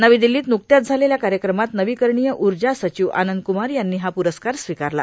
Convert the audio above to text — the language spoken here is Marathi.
नवी दिल्लीत न्कत्याच झालेल्या कार्यक्रमात नवीकरणीय ऊर्जा सचिव आनंद क्मार यांनी हा प्रस्कार स्वीकारला